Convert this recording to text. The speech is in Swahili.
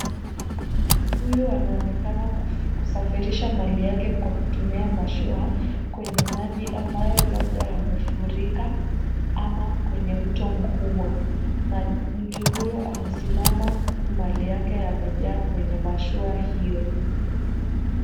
Mtu huyu anaonekana kusafirisha mali yake kwa kutumia mashua kwenye maji ambayo labda yamefurika, ama kwenye mto mkubwa. Mtu huyo amesimama huku mali yake yamejaa kwenye mashua hiyo.